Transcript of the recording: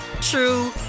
true